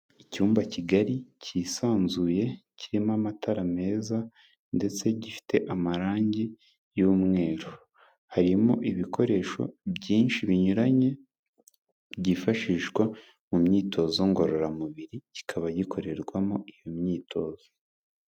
Icyumba kigari cyisanzuye, kirimo amatara meza ndetse gifite amarangi y'umweru, harimo ibikoresho byinshi binyuranye, byifashishwa mu myitozo ngororamubiri, kikaba gikorerwamo iyo myitozo.